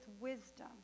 wisdom